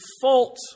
fault